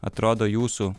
atrodo jūsų